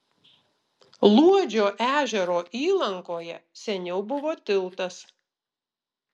luodžio ežero įlankoje seniau buvo tiltas